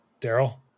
daryl